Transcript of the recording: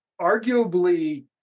arguably